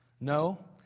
No